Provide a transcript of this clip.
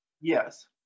Yes